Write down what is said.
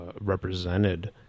represented